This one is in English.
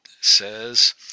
says